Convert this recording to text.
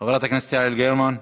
חברת הכנסת יעל גרמן,